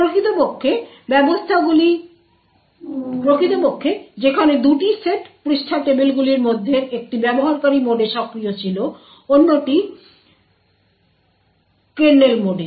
প্রকৃতপক্ষে যেখানে দুটি সেট পৃষ্ঠা টেবিলগুলির মধ্যের একটি ব্যবহারকারী মোডে সক্রিয় ছিল অন্যটি কার্নেল মোডে